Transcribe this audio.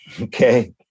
okay